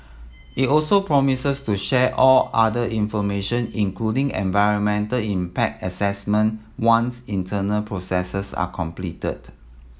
it also promises to share all other information including environmental impact assessment once internal processes are completed